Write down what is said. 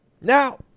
Now